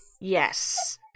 Yes